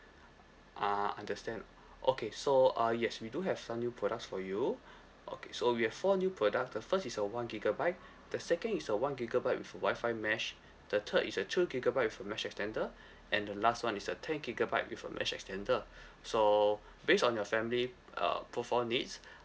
ah understand okay so uh yes we do have some new products for you okay so we have four new product the first is a one gigabyte the second is a one gigabyte with a wifi mesh the third is a two gigabyte with a mesh extender and the last one is a ten gigabyte with a mesh extender so based on your family uh profile needs